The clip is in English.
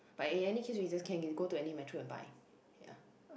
but in any case we just can go to any metro and buy ya